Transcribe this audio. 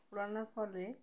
পোড়ানোর ফলে